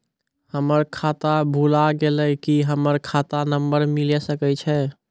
हमर खाता भुला गेलै, की हमर खाता नंबर मिले सकय छै?